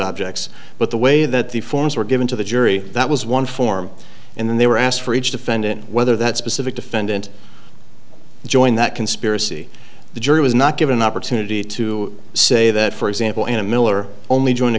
objects but the way that the forms were given to the jury that was one form and then they were asked for each defendant whether that specific defendant joined that conspiracy the jury was not given opportunity to say that for example in a miller only join